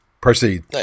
Proceed